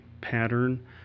pattern